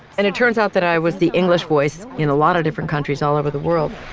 and it turns out that i was the english voice in a lot of different countries all over the world